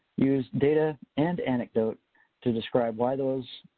use data and anecdote to describe why those,